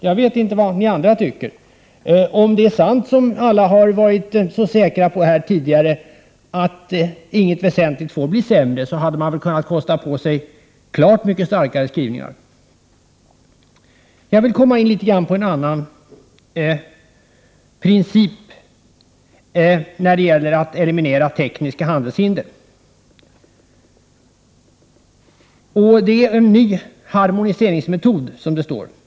Jag vet inte vad kammarens övriga ledamöter tycker. Om det är sant — som alla har varit så säkra på här tidigare — att inget väsentligt försämras, hade man väl kunnat kosta på sig en mycket starkare skrivning. Jag vill komma in litet grand på en annan princip när det gäller att eliminera tekniska handelshinder. Det gäller en ny harmoniseringsmetod.